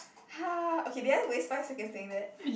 ha okay did I waste five seconds saying that